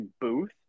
booth